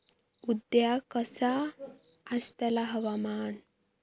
उद्या कसा आसतला हवामान?